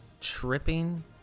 tripping